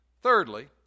thirdly